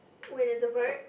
wait there is a bird